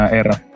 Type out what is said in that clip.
era